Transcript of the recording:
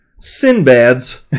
Sinbad's